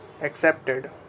accepted